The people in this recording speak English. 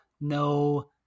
no